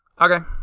Okay